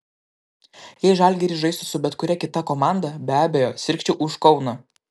jei žalgiris žaistų su bet kuria kita komanda be abejo sirgčiau už kauną